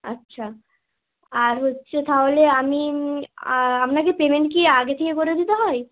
আচ্ছা আর হচ্ছে তাহলে আমি আপনাকে পেমেন্ট কি আগে থেকে করে দিতে হয়